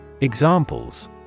Examples